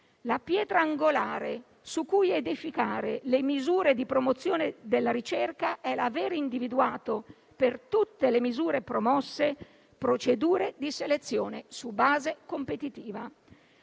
la pietra angolare su cui edificare le misure di promozione della ricerca è l'aver individuato per tutte le misure promosse procedure di selezione su base competitiva.